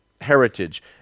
heritage